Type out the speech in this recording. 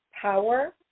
power